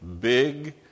Big